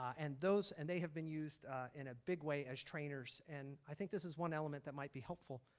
and those and they have been used in a big way is trainers and i think this is one element that might be helpful.